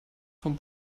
vom